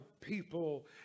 people